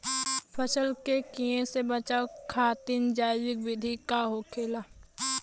फसल के कियेसे बचाव खातिन जैविक विधि का होखेला?